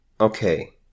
Okay